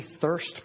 thirst